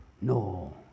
No